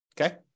Okay